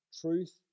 truth